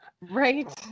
Right